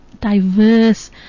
diverse